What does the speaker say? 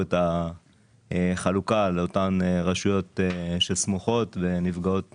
את החלוקה לאותן רשויות שסמוכות ונפגעות